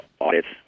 audits